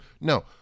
No